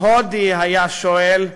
הודי היה שואל: